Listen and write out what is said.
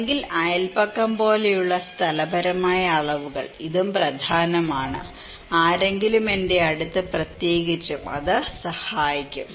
അല്ലെങ്കിൽ അയൽപക്കം പോലെയുള്ള സ്ഥലപരമായ അളവുകൾ ഇതും പ്രധാനമാണ് ആരെങ്കിലും എന്റെ അടുത്ത് പ്രത്യേകിച്ചും അത് സഹായിക്കും